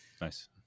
nice